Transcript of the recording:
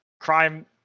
crime